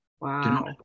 Wow